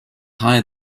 higher